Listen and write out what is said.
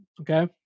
Okay